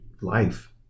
life